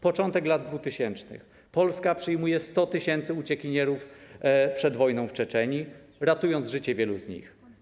Początek lat dwutysięcznych - Polska przyjmuje 100 tys. uciekinierów przed wojną w Czeczenii, ratując życie wielu z nich.